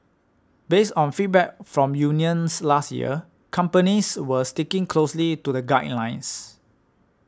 based on feedback from unions last year companies were sticking closely to the guidelines